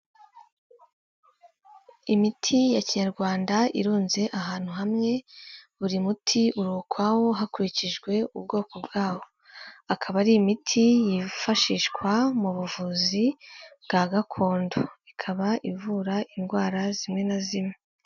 Imiti ya kinyarwanda irunze ahantu hamwe, buri muti uri ukwawo hakurikijwe ubwoko bwawo, akaba ari imiti yifashishwa mu buvuzi bwa gakondo, akaba ivura indwara zimwe na zimwe.